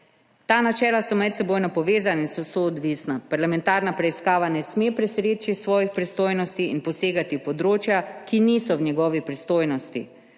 Ta načela so medsebojno povezana in soodvisna. Parlamentarna preiskava ne sme preseči svojih pristojnosti in posegati v področja, ki niso v njeni pristojnosti.